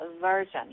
version